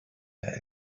der